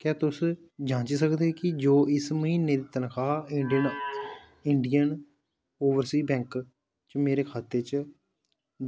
क्या तुस जांची सकदे ओ कि जो इस म्हीने दी तनखाह् इंडियन इंडियन ओवरसीज़ बैंक च मेरे बैंक खाते च